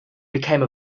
became